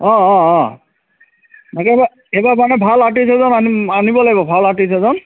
অঁ অঁ অঁ তাকে বা এইবাৰ মানে ভাল আৰ্টিষ্ট এজন আনিম আনিব লাগিব ভাল আৰ্টিষ্ট এজন